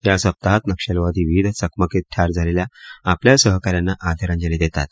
या सप्ताहात नक्षलवादी विविध चकमकीत ठार झालेल्या आपल्या सहका यांना आदरांजली वाहतात